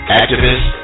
activist